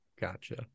gotcha